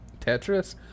Tetris